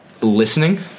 listening